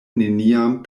neniam